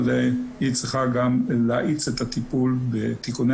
אבל היא צריכה גם להאיץ את הטיפול בתיקוני